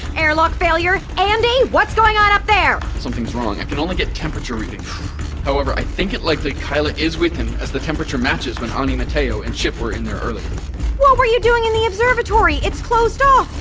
airlock failure. andi, what's going on up there? something's wrong, i can only get temperature readings however, i think it likely keila is with him as the temperature matches when ani mateo and chip were in there earlier what were you doing in the observatory, it's closed off!